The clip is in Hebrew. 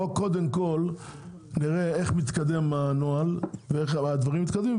בואו קודם כל נראה איך מתקדם הנוהל ואיך הדברים מתקדמים,